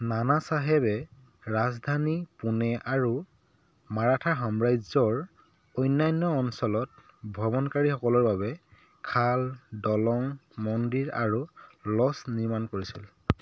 নানাচাহেবে ৰাজধানী পুনে আৰু মাৰাঠা সাম্ৰাজ্যৰ অন্যান্য অঞ্চলত ভ্ৰমণকাৰীসকলৰ বাবে খাল দলং মন্দিৰ আৰু লজ নিৰ্মাণ কৰিছিল